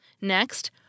Next